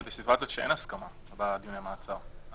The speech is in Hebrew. בסביבה הזאת שאין הסכמה בדיוני המעצר,